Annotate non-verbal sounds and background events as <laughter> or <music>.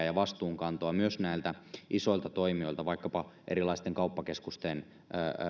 <unintelligible> ja vastuunkantoa myös näiltä isoilta toimijoilta vaikkapa erilaisten kauppakeskusten